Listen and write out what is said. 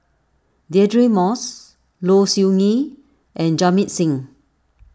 Deirdre Moss Low Siew Nghee and Jamit Singh